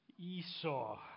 Esau